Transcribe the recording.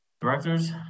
Directors